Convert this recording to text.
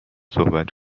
صحبت